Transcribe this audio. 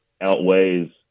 outweighs